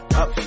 up